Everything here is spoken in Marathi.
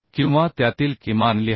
किंवा त्यातील किमान लिहा